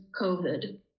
COVID